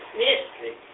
mystery